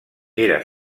era